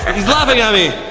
he's laughing at me.